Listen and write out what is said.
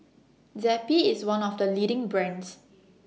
Zappy IS one of The leading brands